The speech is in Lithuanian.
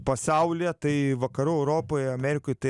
pasaulyje tai vakarų europoje amerikoj tai